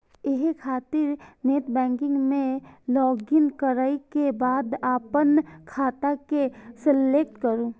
एहि खातिर नेटबैंकिग मे लॉगइन करै के बाद अपन खाता के सेलेक्ट करू